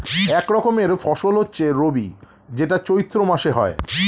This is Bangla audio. এক রকমের ফসল হচ্ছে রবি যেটা চৈত্র মাসে হয়